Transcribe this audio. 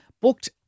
booked